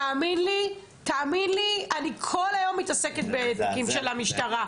תאמין לי, אני כל היום מתעסקת בתיקים של המשטרה.